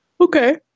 Okay